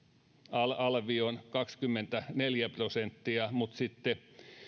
alvi on kaksikymmentäneljä prosenttia mutta